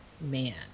man